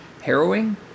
harrowing